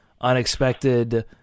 unexpected